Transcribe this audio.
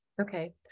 Okay